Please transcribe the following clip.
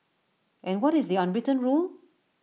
and what is the unwritten rule